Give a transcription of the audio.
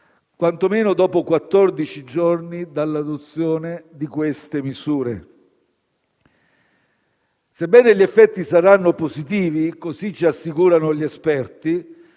quantomeno dopo quattordici giorni dall'adozione delle misure stesse. Sebbene gli effetti saranno positivi - così ci assicurano gli esperti